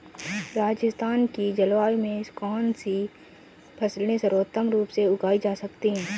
राजस्थान की जलवायु में कौन कौनसी फसलें सर्वोत्तम रूप से उगाई जा सकती हैं?